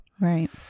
Right